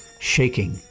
Shaking